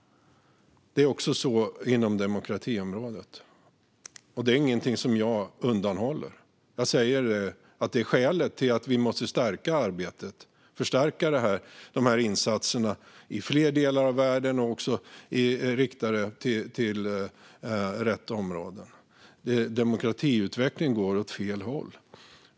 Det är också så på demokratiområdet, och det är ingenting som jag undanhåller. Jag säger att det är skälet till att vi måste förstärka de här insatserna i flera delar av världen och rikta dem till rätt områden. Demokratiutvecklingen går åt fel håll.